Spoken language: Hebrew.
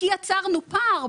לא נכניס לה מתחרים".